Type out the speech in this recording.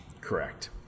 Correct